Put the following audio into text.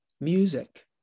music